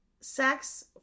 sex